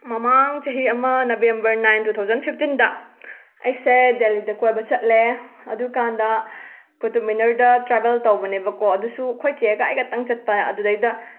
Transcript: ꯃꯃꯥꯡ ꯆꯍꯤ ꯑꯃ ꯅꯕꯦꯝꯕꯔ ꯅꯥꯏꯟ ꯇꯨ ꯊꯥꯎꯖꯟ ꯐꯤꯞꯇꯤꯟꯗ ꯑꯩꯁꯦ ꯗꯦꯜꯂꯤꯗ ꯀꯣꯏꯕ ꯆꯠꯂꯦ ꯑꯗꯨꯀꯥꯟꯗ ꯀꯨꯇꯨꯞꯃꯤꯅꯔꯗ ꯇ꯭ꯔꯦꯕꯦꯜ ꯇꯧꯕꯅꯦꯕꯀꯣ ꯑꯗꯨꯁꯨ ꯑꯩꯈꯣꯏ ꯆꯦꯒ ꯑꯩꯒꯇꯪ ꯆꯠꯄ ꯑꯗꯨꯗꯩꯗ